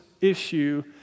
issue